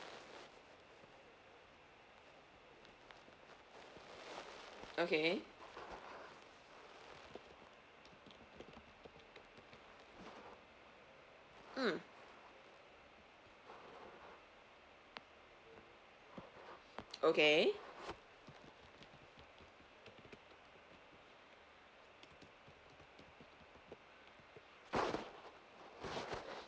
okay mm okay